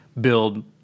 build